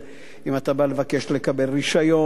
אם אתה בא לבקש רשיון,